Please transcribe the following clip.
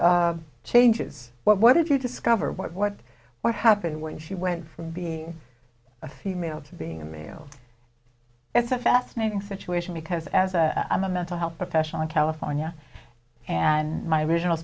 changes what did you discover what what what happened when she went from being a female to being a male it's a fascinating situation because as a i'm a mental health professional in california and my original